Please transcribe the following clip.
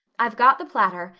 i've got the platter,